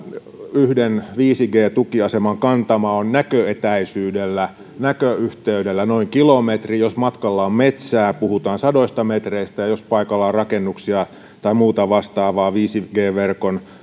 yhden viisi g tukiaseman kantama on näköetäisyydellä näköyhteydellä noin kilometri jos matkalla on metsää puhutaan sadoista metreistä ja jos paikalla on rakennuksia tai muuta vastaavaa viisi g verkon